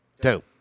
Two